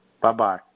Bye-bye